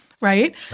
right